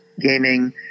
gaming